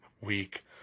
week